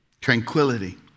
Tranquility